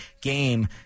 game